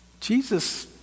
Jesus